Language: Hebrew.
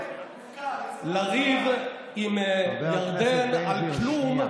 לריב עם ירדן על כלום,